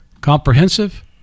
comprehensive